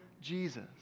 Jesus